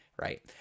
right